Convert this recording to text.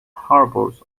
harbours